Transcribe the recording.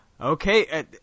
Okay